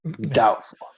Doubtful